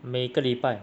每个礼拜